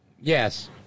Yes